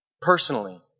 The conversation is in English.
personally